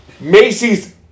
Macy's